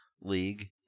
league